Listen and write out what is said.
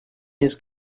his